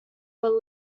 were